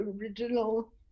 original